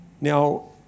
Now